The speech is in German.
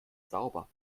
sauber